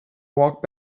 walked